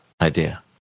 idea